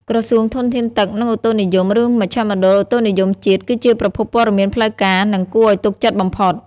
ក្រសួងធនធានទឹក និងឧតុនិយម ឬមជ្ឈមណ្ឌលឧតុនិយមជាតិ គឺជាប្រភពព័ត៌មានផ្លូវការ និងគួរឱ្យទុកចិត្តបំផុត។